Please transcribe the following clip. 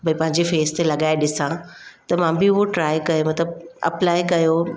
त पंहिंजे फेस ते लॻाए ॾिसां त मां बि उहा ट्राइ कयो त अप्लाइ कयो